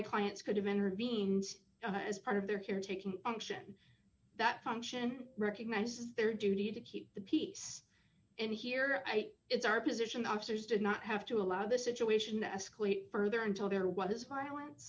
clients could have intervened as part of their care taking action that function recognizes their duty to keep the peace and here i it's our position officers did not have to allow the situation to escalate further until there was violence